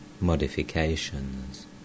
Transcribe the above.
modifications